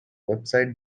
website